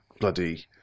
bloody